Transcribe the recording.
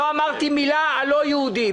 לא אמרתי מילה על לא יהודים.